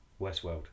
Westworld